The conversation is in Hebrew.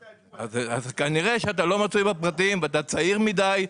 אז כנראה שאתה לא מצוי בפרטים ואתה צעיר מדי.